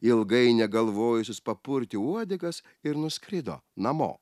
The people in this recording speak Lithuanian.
ilgai negalvojusios papurtė uodegas ir nuskrido namo